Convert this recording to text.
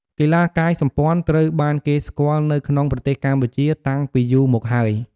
កីឡាកាយសម្ព័ន្ធត្រូវបានគេស្គាល់នៅក្នុងប្រទេសកម្ពុជាតាំងពីយូរមកហើយ។